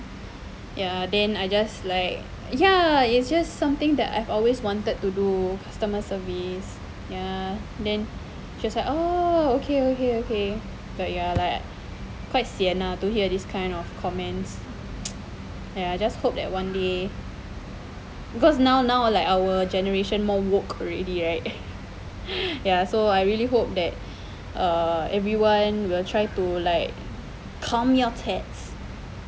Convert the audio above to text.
ya then I just like ya it's just something that I've always wanted to do customer service ya then she was like oh okay okay okay but ya like like quite sian ah to hear these kind of comments ya I just hope that one day because now now like our generation more woke already right ya so I really hope that err everyone will try to like calm your tits